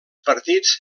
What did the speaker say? partits